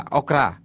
okra